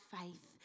faith